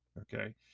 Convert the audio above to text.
Okay